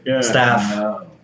staff